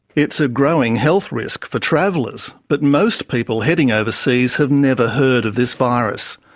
it's a growing health risk for travellers, but most people heading overseas have never heard of this virus.